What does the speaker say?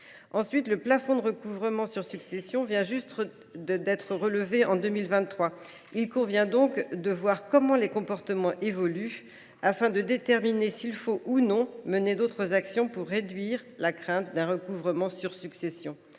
Ensuite, le plafond de recouvrement sur succession vient juste d’être relevé, en 2023. Il conviendra donc de voir comment les comportements évoluent, afin de déterminer s’il faut ou non mener d’autres actions pour réduire la crainte d’un recouvrement sur succession